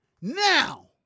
Now